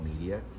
media